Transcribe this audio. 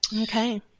Okay